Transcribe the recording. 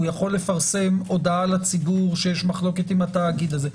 הוא יכול לפרסם הודעה לציבור שיש מחלוקת עם התאגיד הזה.